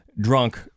drunk